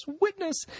witness